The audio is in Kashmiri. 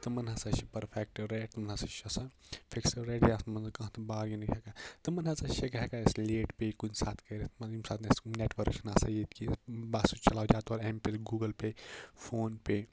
تِمَن ہَسا چھِ پٔرفیٚکٹ ریٹ نَسا چھِ آسان فِکٕسڈ ریٹ یِتھ منٛز نہٕ کانٛہہ تِم بارگینِگ ہیٚکن تِمَن ہَسا چھِ ہیٚکان أسۍ لیٹ پے کُنہِ ساتہ کٔرِتھ مَطلَب ییٚمہِ ساتہ نہٕ اَسہِ نیٚٹؤرٕک چھُنہٕ آسان ییٚتہِ کیٚنٛہہ بہٕ ہسا چھُس چَلاوان زیادٕ طور ایٚم پے گُوٚگَل پے فون پے